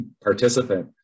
participant